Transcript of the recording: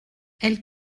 elles